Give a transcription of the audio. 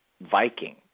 Viking